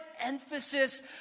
emphasis